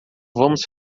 vamos